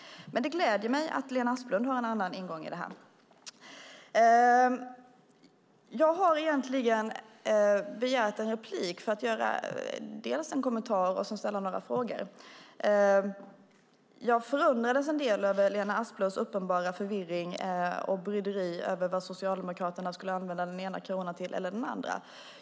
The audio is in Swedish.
Det gläder mig dock att Lena Asplund har en annan ingång i detta. Jag har egentligen begärt en replik för att göra en kommentar och sedan ställa några frågor. Jag förundrades en del över Lena Asplunds uppenbara förvirring och bryderi över vad Socialdemokraterna skulle använda den ena eller den andra kronan till.